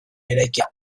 eraikia